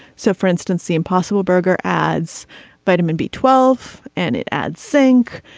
so for instance the impossible burger adds vitamin b twelve and it adds sink.